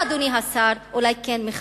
אתה, אדוני השר, אולי כן מחפש.